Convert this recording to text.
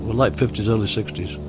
late fifty s, early sixty s.